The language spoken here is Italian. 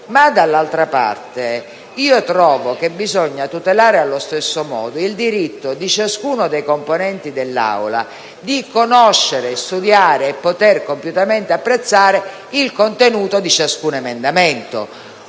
ma dall'altra parte trovo che bisogna tutelare allo stesso modo il diritto di ciascuno dei componenti dell'Aula di conoscere, studiare e poter compiutamente apprezzare il contenuto di ciascun emendamento.